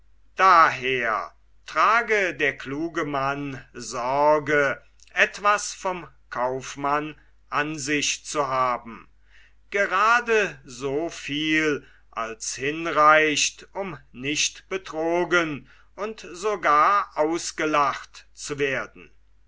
daher trage der kluge mann sorge etwas vom kaufmann an sich zu haben grade so viel als hinreicht um nicht betrogen und sogar ausgelacht zu werden